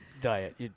diet